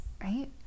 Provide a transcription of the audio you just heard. right